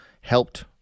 helped